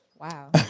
Wow